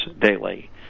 daily